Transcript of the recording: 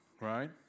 right